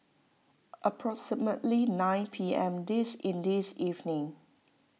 approximately nine P M this in this evening